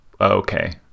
okay